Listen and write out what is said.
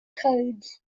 codes